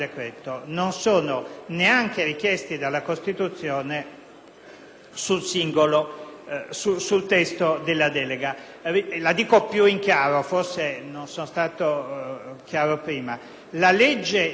sul testo della delega. Preciso in modo più chiaro perché forse non sono stato chiaro prima: la legge delega di attuazione del sistema di riforma